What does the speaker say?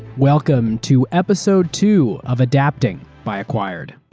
welcome to episode two of adapting by acquired.